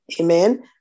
Amen